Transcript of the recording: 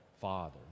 Father